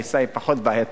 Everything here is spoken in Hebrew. הפריסה היא פחות בעייתית.